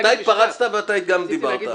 אתה התפרצת ואתה גם דיברת.